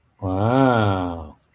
wow